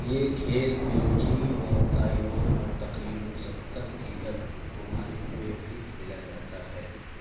یہ کھیل بیلجیم اور تائیوان اور تقریباً ستر دیگر ممالک میں بھی کھیلا جاتا ہے